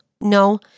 No